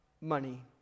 money